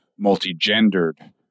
multigendered